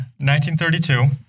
1932